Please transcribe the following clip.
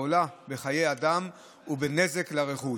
העולה בחיי אדם ובנזק לרכוש.